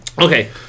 Okay